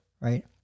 Right